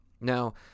Now